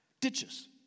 Ditches